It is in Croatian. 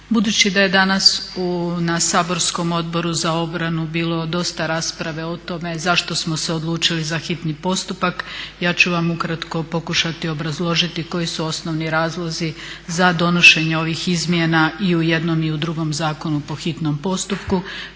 Budući da je danas na saborskom Odboru za obranu bilo dosta rasprave o tome zašto smo se odlučili za hitni postupak ja ću vam ukratko pokušati obrazložiti koji su osnovni razlozi za donošenje ovih izmjena i u jednom i u drugom zakonu po hitnom postupku.